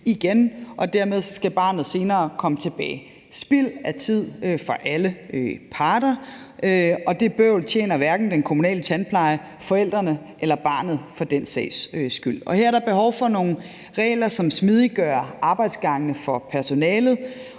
og dermed skal barnet senere komme tilbage. Det er spild af tid for alle parter, og det bøvl tjener hverken den kommunale tandpleje, forældrene eller barnet for den sags skyld. Her er der behov for nogle regler, som smidiggør arbejdsgangene for personalet.